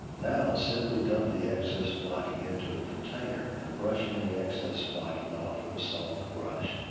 now, simply dump the excess flocking into a container and brush any excess flocking off with a soft brush.